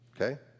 Okay